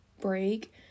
break